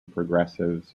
progressives